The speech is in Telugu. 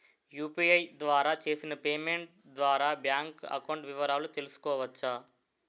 యు.పి.ఐ ద్వారా చేసిన పేమెంట్ ద్వారా బ్యాంక్ అకౌంట్ వివరాలు తెలుసుకోవచ్చ?